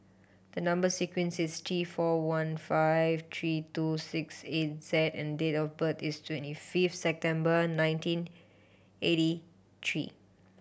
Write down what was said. the number sequence is T four one five three two six eight Z and date of birth is twenty fifth September nineteen eighty three